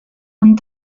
and